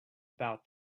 about